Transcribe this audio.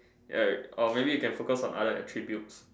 ya or maybe you can focus on other attributes